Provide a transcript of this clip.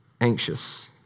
anxious